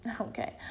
Okay